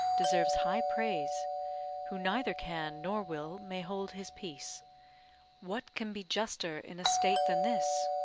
deserves high praise who neither can, nor will, may hold his peace what can be juster in a state than this?